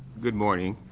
good morning.